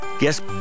Yes